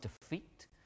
defeat